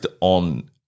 on